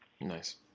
Nice